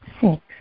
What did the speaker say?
Six